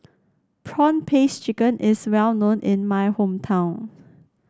prawn paste chicken is well known in my hometown